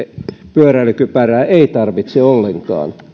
pyöräilykypärää ei tarvitse ollenkaan